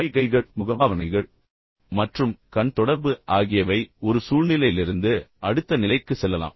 சைகைகள் முகபாவனைகள் மற்றும் கண் தொடர்பு ஆகியவை ஒரு சூழ்நிலையிலிருந்து அடுத்த நிலைக்குச் செல்லலாம்